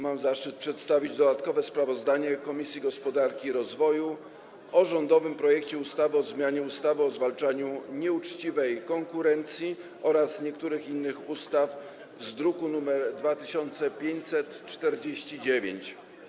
Mam zaszczyt przedstawić dodatkowe sprawozdanie Komisji Gospodarki i Rozwoju o rządowym projekcie ustawy o zmianie ustawy o zwalczaniu nieuczciwej konkurencji oraz niektórych innych ustaw, druk nr 2549.